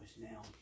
Now